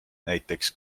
näiteks